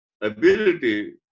ability